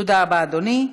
תודה רבה, אדוני.